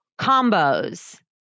Combos